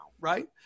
right